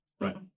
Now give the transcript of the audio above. Right